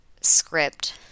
script